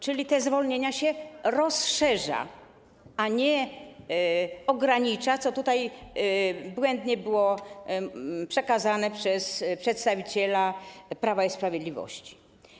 Czyli te zwolnienia się rozszerza, a nie ogranicza, co tutaj błędnie było przekazane przez przedstawiciela Prawa i Sprawiedliwości.